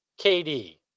KD